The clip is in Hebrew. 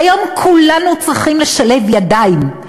והיום כולנו צריכים לשלב ידיים,